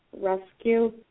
rescue